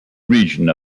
region